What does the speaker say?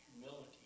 humility